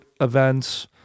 events